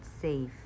safe